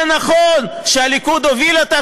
נכון שהליכוד הוביל אותה,